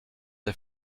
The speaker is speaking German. der